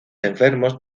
enfermos